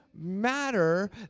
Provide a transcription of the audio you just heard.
matter